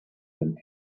them